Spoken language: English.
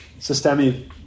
Sistemi